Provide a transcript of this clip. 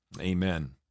Amen